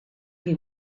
chi